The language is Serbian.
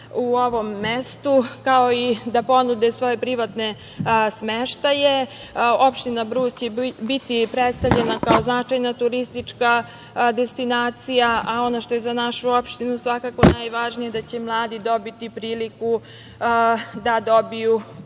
u ovom mestu, kao i da ponude svoje privatne smeštaje. Opština Brus će biti predstavljena kao značajna turistička destinacija, a ono što je za našu opštinu najvažnije jeste da će mladi dobiti priliku da dobiju